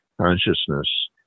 consciousness